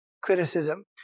criticism